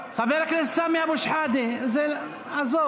חבר הכנסת סמי אבו שחאדה, עזוב.